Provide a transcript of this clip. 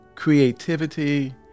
creativity